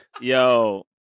yo